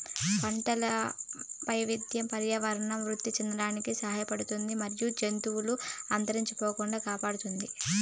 పంటల వైవిధ్యం పర్యావరణం వృద్ధి చెందడానికి సహాయపడుతుంది మరియు జాతులు అంతరించిపోకుండా కాపాడుతుంది